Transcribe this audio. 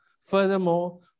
Furthermore